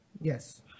Yes